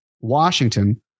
Washington